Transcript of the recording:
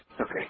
Okay